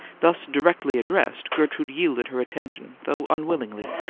thus directly addressed, gertrude yielded her attention, though unwillingly,